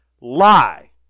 lie